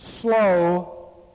Slow